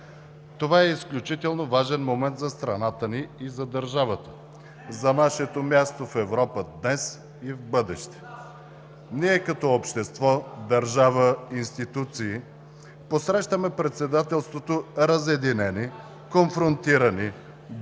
Това е изключително важен момент за страната ни и за държавата – за нашето място в Европа днес и в бъдеще. (Шум и реплики от ОП.) Ние, като общество, държава, институции, посрещаме Председателството разединени, конфронтирани, бедни,